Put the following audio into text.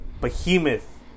behemoth